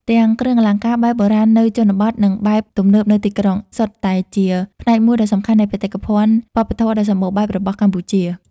ទាំងគ្រឿងអលង្ការបែបបុរាណនៅជនបទ និងបែបទំនើបនៅទីក្រុង សុទ្ធតែជាផ្នែកមួយដ៏សំខាន់នៃបេតិកភណ្ឌវប្បធម៌ដ៏សម្បូរបែបរបស់កម្ពុជា។